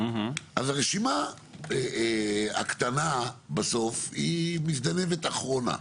אז הרשימה הקטנה בסוף מזדנבת אחרונה.